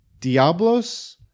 Diablos